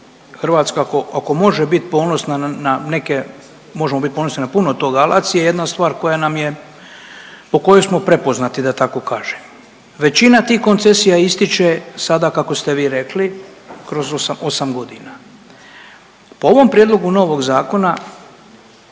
Hrvatska ako može biti ponosna na neke, možemo biti ponosni na puno toga, ali ACI je jedna stvar koja nam je, po kojoj smo prepoznati da tako kažem. Većina tih koncesija ističe sada kako ste vi rekli kroz 8 godina. Po ovom prijedlogu novog zakona